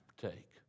partake